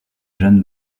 jeanne